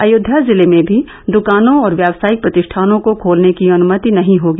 अयोध्या जिले में भी दुकानों और व्यावसायिक प्रतिष्ठानों को खोलने की अनुमति नहीं होगी